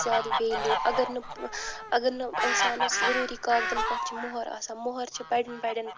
زیادٕ ویلِو اَگر نہٕ اَگر نہٕ اِنسانَس ضرورِی کاکدن پؠٹھ چھِ موٚہَر آسان موٚہَر چھِ بَڑؠن بڑؠن